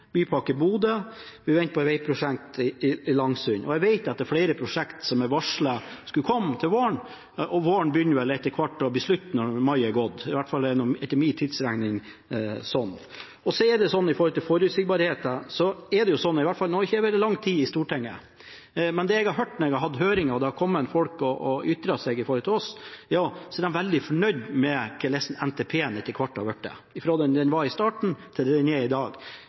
Bypakke Bodø og et vegprosjekt i Langsund. Jeg vet at flere prosjekter er varslet at skulle komme til våren, men våren begynner vel etter hvert å ta slutt, siden mai måned nå er omme. Min kalender er i hvert fall sånn. Når det gjelder forutsigbarhet: Jeg har ikke sittet lenge på Stortinget, men det jeg har hørt når jeg har hatt høringer, og det har kommet folk og ytret seg til oss, er at de er veldig fornøyde med hvordan NTP-en etter hvert har blitt – fra det den var i starten, til det som den er i dag.